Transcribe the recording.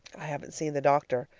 i haven't seen the doctor.